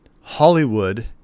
Hollywood